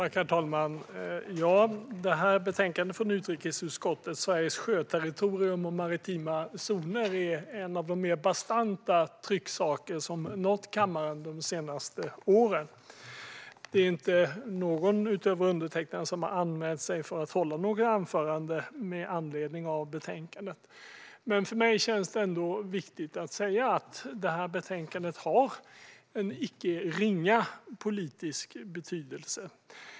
Herr talman! Detta betänkande från utrikesutskottet, Sveriges sjöterritorium och maritima zoner , är en av de mer bastanta trycksaker som nått kammaren de senaste åren. Ingen utöver undertecknad har anmält sig för att hålla något anförande med anledning av betänkandet. Men för mig känns det ändå viktigt att säga att detta betänkande har en icke ringa politisk betydelse.